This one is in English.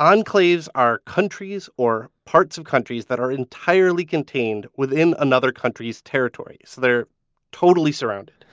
enclaves are countries or parts of countries that are entirely contained within another country's territory. so they're totally surrounded